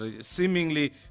seemingly